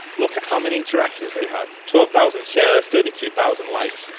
look at how many interactions they had twelve thousand shares thirty two thousand likes,